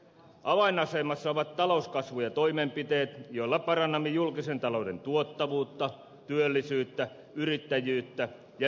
avainasemassa ovat talouskasvu ja toimenpiteet joilla parannamme julkisen talouden tuottavuutta työllisyyttä yrittäjyyttä ja yritysten kasvua